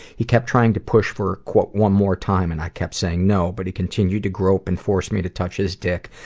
he kept trying to push for one more time, and i kept saying no, but he continued to grope and force me to touch his dick,